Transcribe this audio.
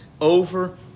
over